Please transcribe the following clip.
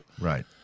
Right